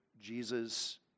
Jesus